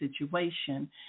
situation